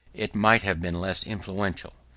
it might have been less influential.